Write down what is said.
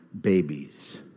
babies